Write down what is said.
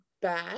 bad